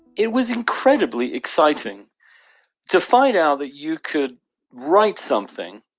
it was incredibly exciting to find out that you could write something.